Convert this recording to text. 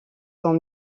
sont